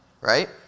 Right